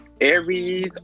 Aries